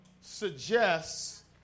suggests